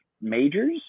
majors